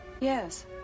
Yes